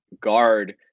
guard